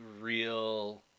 real